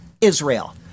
Israel